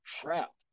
trapped